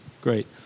great